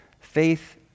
faith